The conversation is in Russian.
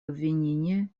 обвинение